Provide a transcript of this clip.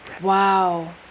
Wow